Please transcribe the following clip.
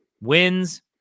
wins